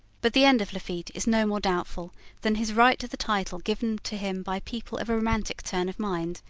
but the end of lafitte is no more doubtful than his right to the title given to him by people of a romantic turn of mind,